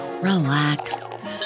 relax